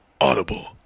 Audible